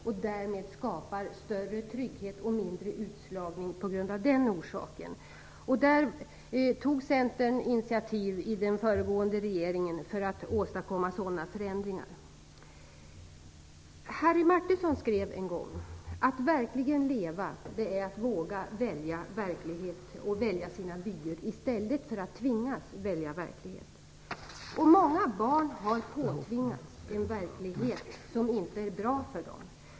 Därmed skapar vi större trygghet och mindre utslagning på grund av detta. I den föregående regeringen tog Centern initiativ till att åstadkomma sådana förändringar. Harry Martinson skrev en gång: Att verkligen leva, det är att våga välja verklighet och välja sina vyer i stället för att tvingas välja verklighet. Och många barn har påtvingats en verklighet som inte är bra för dem.